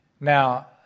Now